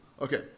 Okay